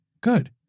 good